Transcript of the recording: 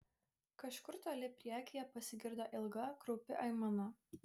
kažkur toli priekyje pasigirdo ilga kraupi aimana